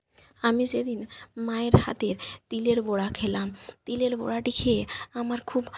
আমি সেদিন মায়ের হাতের তিলের বড়া খেলাম তিলের বড়াটি খেয়ে আমার খুব